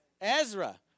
Ezra